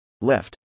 left